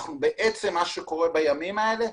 מה שקורה בימים האלה,